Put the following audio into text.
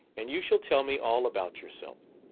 and you shall tell me all about yourself.